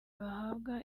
bahabwa